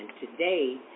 today